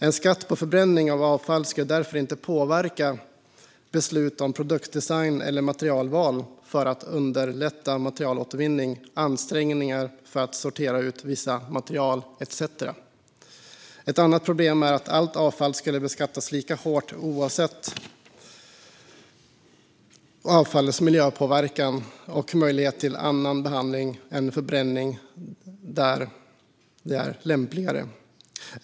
En skatt på förbränning av avfall skulle därför inte påverka beslut om produktdesign eller materialval för att underlätta materialåtervinning, ansträngningar för att sortera ut vissa material etc. Ett annat problem är att allt avfall skulle beskattas lika hårt oavsett avfallets miljöpåverkan och möjlighet till annan behandling än förbränning där det är lämpligare."